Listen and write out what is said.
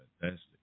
fantastic